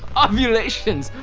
ovulations,